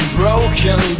broken